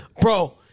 Bro